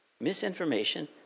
misinformation